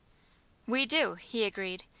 we do, he agreed,